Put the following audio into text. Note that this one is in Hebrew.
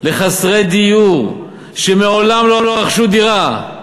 לחסרי דיור, שמעולם לא רכשו דירה,